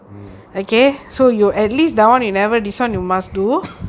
mm